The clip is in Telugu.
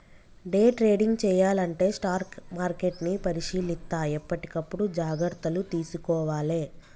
డే ట్రేడింగ్ చెయ్యాలంటే స్టాక్ మార్కెట్ని పరిశీలిత్తా ఎప్పటికప్పుడు జాగర్తలు తీసుకోవాలే